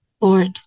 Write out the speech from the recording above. Lord